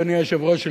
אדוני היושב-ראש,